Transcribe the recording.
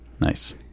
Nice